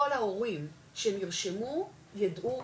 כל ההורים שנרשמו יידעו,